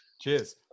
cheers